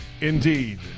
Indeed